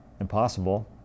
impossible